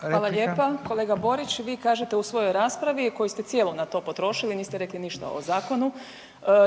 Hvala lijepa. Kolega Borić, vi kažete u svojoj raspravi koju ste cijelu na to potrošili, a niste rekli ništa o zakonu,